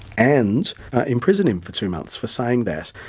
and imprisoned him for two months for saying that.